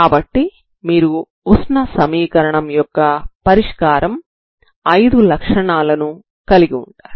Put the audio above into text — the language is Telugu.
కాబట్టి మీరు ఉష్ణ సమీకరణం యొక్క పరిష్కారం యొక్క ఐదు లక్షణాలను కలిగి వుంటారు